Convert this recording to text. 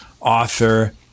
author